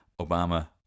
Obama